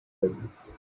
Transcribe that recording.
opens